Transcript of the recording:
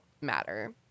matter